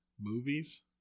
movies